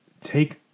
Take